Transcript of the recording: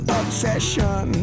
obsession